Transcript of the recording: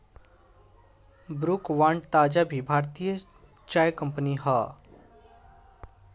Brooke Bond ताज़ा भी भारतीय चाय कंपनी हअ